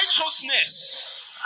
righteousness